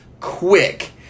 quick